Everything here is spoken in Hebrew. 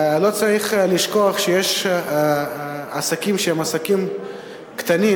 לא צריך לשכוח שיש עסקים שהם עסקים קטנים,